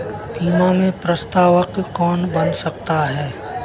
बीमा में प्रस्तावक कौन बन सकता है?